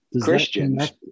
christians